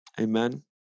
Amen